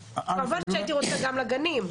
כמובן שהייתי רוצה גם לגנים.